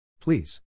Please